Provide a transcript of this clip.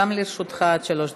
גם לרשותך עד שלוש דקות.